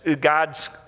God's